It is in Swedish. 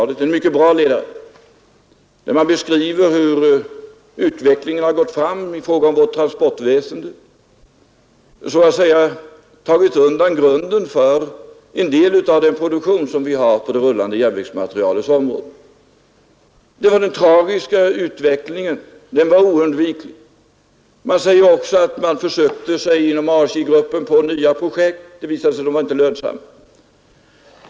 Det är en mycket bra ledare, där man beskriver hur utvecklingen inom vårt transportväsende har gått fram och ryckt undan grunden för en del av produktionen av rullande järnvägsmateriel. Det var en tragisk och oundviklig utveckling. Man säger också att man inom ASJ-gruppen försökte sig på nya projekt, men det visade sig att de inte var lönsamma.